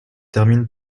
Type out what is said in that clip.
termine